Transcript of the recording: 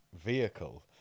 vehicle